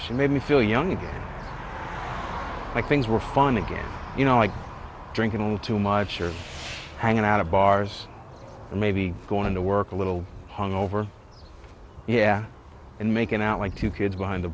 it made me feel young like things were fine again you know like drinking too much or hanging out of bars and maybe going to work a little hung over yeah and making out like two kids behind the